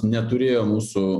neturėjo mūsų